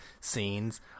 scenes